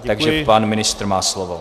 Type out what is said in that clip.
Takže pan ministr má slovo.